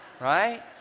right